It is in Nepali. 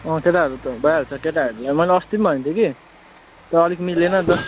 अँ केटाहरू त भइहाल्छ केटाहरूलाई मैले अस्ति पनि भनेको थिएँ कि तर अलिक मिल्दैन नि त